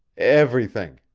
everything,